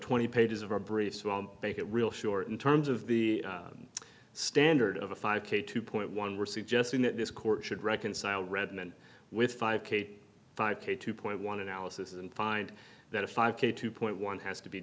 twenty pages of our briefs make it real short in terms of the standard of a five k two point one we're suggesting that this court should reconcile redmond with five k five k two point one analysis and find that a five k two point one has to be